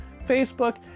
Facebook